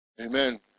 Amen